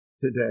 today